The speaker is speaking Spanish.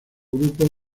grupos